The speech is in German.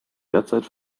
derzeit